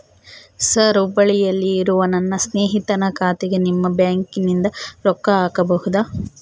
Sir ಹುಬ್ಬಳ್ಳಿಯಲ್ಲಿ ಇರುವ ನನ್ನ ಸ್ನೇಹಿತನ ಖಾತೆಗೆ ನಿಮ್ಮ ಬ್ಯಾಂಕಿನಿಂದ ರೊಕ್ಕ ಹಾಕಬಹುದಾ?